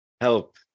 Help